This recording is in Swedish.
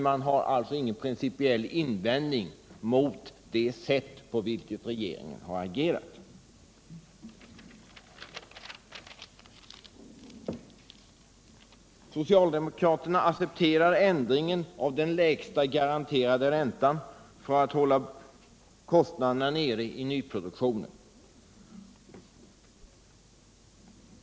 De har alltså inga principiella invändningar mot det sätt på vilket regeringen har agerat. Socialdemokraterna accepterar ändringen av den lägsta garanterade räntan för att hålla kostnaderna nere i nyproduktionen.